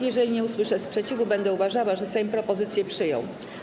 Jeżeli nie usłyszę sprzeciwu, będę uważała, że Sejm propozycję przyjął.